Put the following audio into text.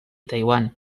taiwan